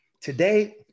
Today